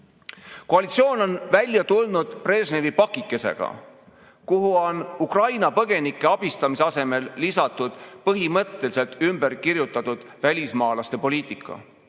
Koalitsioon on välja tulnud Brežnevi pakikesega, kuhu on Ukraina põgenike abistamise asemel lisatud põhimõtteliselt ümber kirjutatud välismaalaste poliitika.